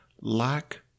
lack